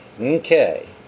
Okay